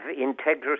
integrity